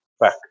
back